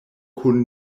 kun